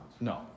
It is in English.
No